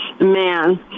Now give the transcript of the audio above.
man